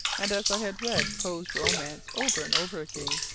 and as i had read poe's romance over and over again,